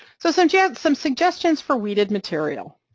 so some yeah some suggestions for weeded material